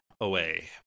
away